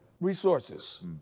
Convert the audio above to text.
Resources